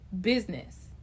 business